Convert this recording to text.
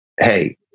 Hey